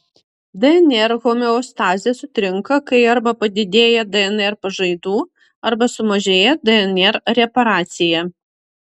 dnr homeostazė sutrinka kai arba padidėja dnr pažaidų arba sumažėja dnr reparacija